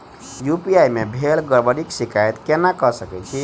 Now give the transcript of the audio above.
UPI मे भेल गड़बड़ीक शिकायत केना कऽ सकैत छी?